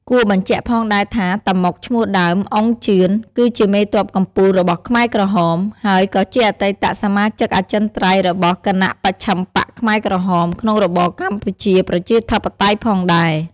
គួរបញ្ជាក់ផងដែរថា តាម៉ុក ឈ្មោះដើម អ៊ុង ជឿន គឺជាមេទ័ពកំពូលរបស់ខ្មែរក្រហម ហើយក៏ជាអតីតសមាជិកអចិន្ត្រៃយ៍របស់គណមជ្ឈិមបក្សខ្មែរក្រហម ក្នុងរបបកម្ពុជាប្រជាធិបតេយ្យផងដែរ។